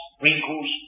wrinkles